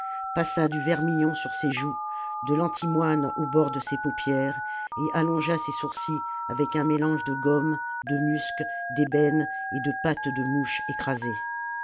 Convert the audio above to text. passa du vermillon sur ses joues de l'antimoine au bord de ses paupières et allongea ses sourcils avec un mélange de gomme de musc d'ébène et de pattes de mouches écrasées